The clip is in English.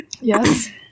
yes